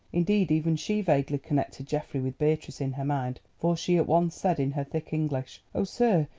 indeed, even she vaguely connected geoffrey with beatrice in her mind, for she at once said in her thick english oh, sir,